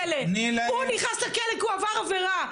נראה שטוב להם?